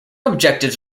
objectives